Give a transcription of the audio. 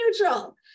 neutral